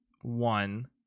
one